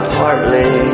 partly